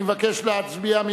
אני מבקש להצביע.